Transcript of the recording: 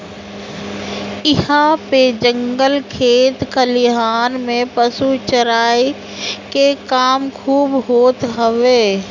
इहां पे जंगल खेत खलिहान में पशु चराई के काम खूब होत हवे